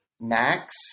max